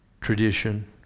tradition